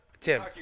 Tim